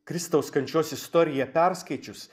kristaus kančios istoriją perskaičius